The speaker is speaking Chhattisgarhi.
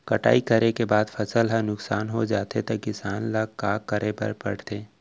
कटाई करे के बाद फसल ह नुकसान हो जाथे त किसान ल का करे बर पढ़थे?